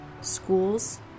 Schools